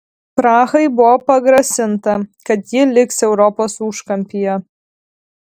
prahai buvo pagrasinta kad ji liks europos užkampyje